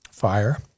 fire